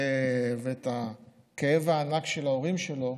ואת הכאב הענק של ההורים שלו.